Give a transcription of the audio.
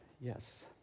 Yes